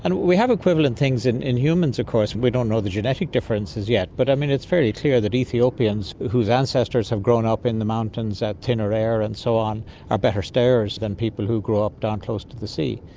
and we have equivalent things in in humans of course. we don't know the genetic differences yet, but um it's very clear that ethiopians whose ancestors have grown up in the mountains at tenere and so on are better stayers than people who grew up down close to the sea.